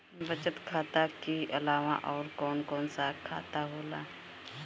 बचत खाता कि अलावा और कौन कौन सा खाता होला?